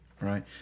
right